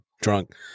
drunk